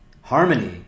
Harmony